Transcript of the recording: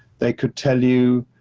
they could tell you,